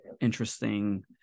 interesting